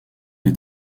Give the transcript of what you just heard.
des